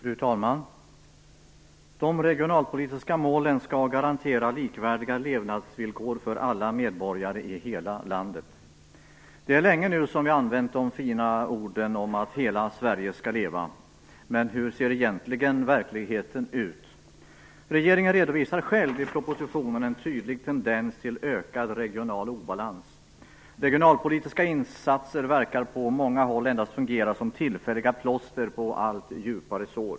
Fru talman! De regionalpolitiska målen skall garantera likvärdiga levnadsvillkor för alla medborgare i hela landet. Det är länge nu som vi använt de fina orden om att "Hela Sverige skall leva", men hur ser egentligen verkligheten ut? Regeringen redovisar själv i propositionen en tydlig tendens till ökad regional obalans. Regionalpolitiska insatser verkar på många håll endast fungera som tillfälliga plåster på allt djupare sår.